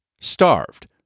Starved